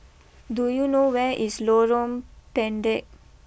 do you know where is Lorong Pendek